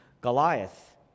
Goliath